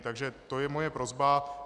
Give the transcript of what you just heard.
Takže to je moje prosba.